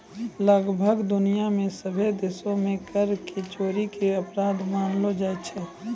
लगभग दुनिया मे सभ्भे देशो मे कर के चोरी के अपराध मानलो जाय छै